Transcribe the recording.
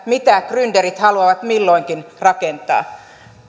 mitä grynderit haluavat milloinkin rakentaa